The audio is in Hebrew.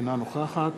אינה נוכחת